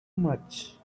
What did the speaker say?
much